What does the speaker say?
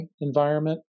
environment